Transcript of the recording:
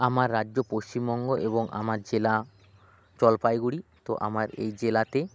আমার রাজ্য পশ্চিমবঙ্গ এবং আমার জেলা জলপাইগুড়ি তো আমার এই জেলাতে